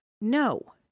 No